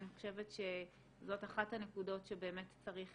אני חושבת שזאת אחת הנקודות שבאמת צריך